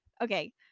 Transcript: Okay